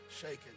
shaking